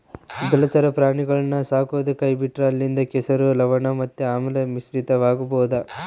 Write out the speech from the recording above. ಜಲಚರ ಪ್ರಾಣಿಗುಳ್ನ ಸಾಕದೊ ಕೈಬಿಟ್ರ ಅಲ್ಲಿಂದ ಕೆಸರು, ಲವಣ ಮತ್ತೆ ಆಮ್ಲ ಮಿಶ್ರಿತವಾಗಬೊದು